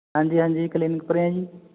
ਹਾਂਜੀ ਹਾਂਜੀ ਕਲੀਨਿਕ ਪਰ ਐਂ ਜੀ